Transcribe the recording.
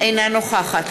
אינה נוכחת